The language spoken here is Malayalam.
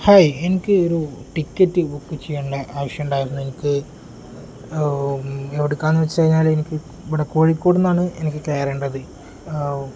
എനിക്ക് ഒരു ടിക്കറ്റ് ബുക്ക് ചെയ്യേണ്ട ആവശ്യമുണ്ടായിരുന്നു എനിക്ക് എവിടുക്കാണെന്ന് വച്ചു കഴിഞ്ഞാൽ എനിക്ക് ഇവിടെ കോഴിക്കോട് നിന്നാണ് എനിക്ക് കയറേണ്ടത്